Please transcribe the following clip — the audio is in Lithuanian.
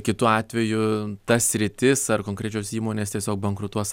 kitu atveju ta sritis ar konkrečios įmonės tiesiog bankrutuos